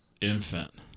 infant